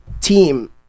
team